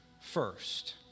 first